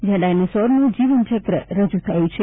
જયાં ડાયનાસોરનું જીવનચક્ર રજૂ થયું છે